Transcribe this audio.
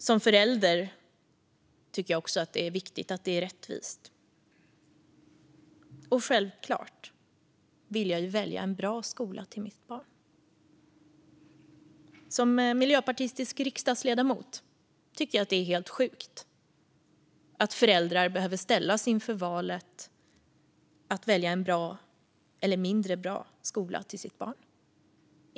Som förälder tycker jag också att det är viktigt att det är rättvist. Och självklart vill jag ju välja en bra skola till mitt barn. Som miljöpartistisk riksdagsledamot tycker jag att det är helt sjukt att föräldrar behöver ställas inför valet att välja en bra eller mindre bra skola till sitt barn.